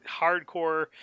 hardcore